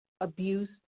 abuse